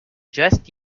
just